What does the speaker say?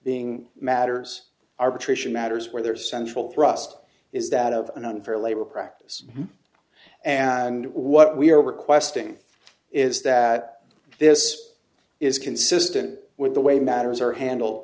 being matters arbitration matters where their central thrust is that of an unfair labor practice and what we're requesting is that this is consistent with the way matters are handle